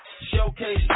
Showcase